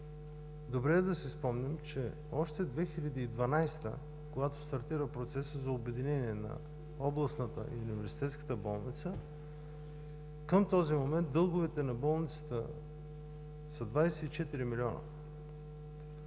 Добре е да си спомним, че още през 2012 г., когато стартира процесът за обединение на Областната и на Университетската болница, към този момент дълговете на болницата са 24 милиона,